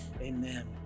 amen